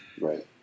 Right